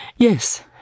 Yes